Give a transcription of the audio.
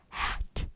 hat